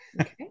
Okay